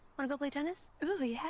wanna go play tennis? ooh yeah.